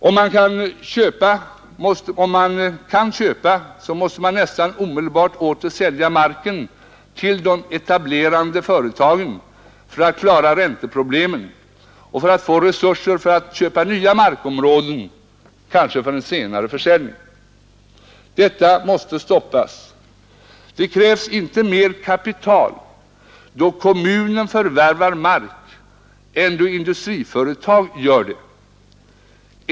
Om man kan köpa måste man nästan omedelbart åter sälja marken till de etablerande företagen för att klara ränteproblemen och för att få resurser för att köpa nya markområden, kanske för senare försäljning. Detta måste stoppas. Det krävs inte mer kapital då kommunen förvärvar mark än då ett industriföretag gör det.